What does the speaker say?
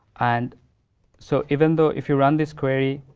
and so, even though, if you run this query,